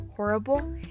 horrible